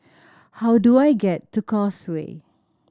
how do I get to Causeway